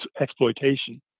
exploitation